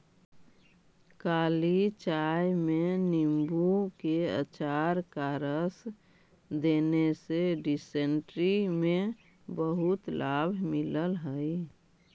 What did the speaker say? काली चाय में नींबू के अचार का रस देने से डिसेंट्री में बहुत लाभ मिलल हई